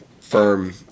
firm